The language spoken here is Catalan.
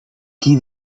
qui